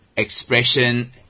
Expression